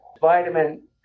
Vitamin